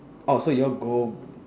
oh so you're go